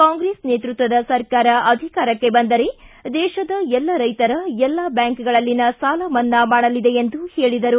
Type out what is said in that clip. ಕಾಂಗ್ರೆಸ್ ನೇತೃತ್ವದ ಸರಕಾರ ಅಧಿಕಾರಕ್ಕೆ ಬಂದರೆ ದೇಶದ ಎಲ್ಲ ರೈತರ ಎಲ್ಲಾ ಬ್ಯಾಂಕ್ಗಳಲ್ಲಿನ ಸಾಲ ಮನ್ನಾ ಮಾಡಲಿದೆ ಎಂದು ಹೇಳಿದರು